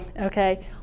okay